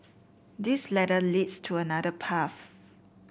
this ladder leads to another path